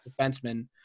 defenseman